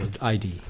ID